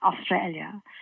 Australia